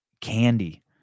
candy